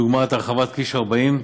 דוגמת הרחבת כביש 40,